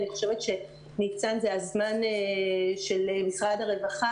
אני חושבת שזה הזמן של משרד הרווחה,